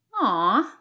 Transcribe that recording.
Aw